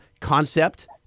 concept